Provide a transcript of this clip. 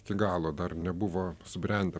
iki galo dar nebuvo subrendę